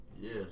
Yes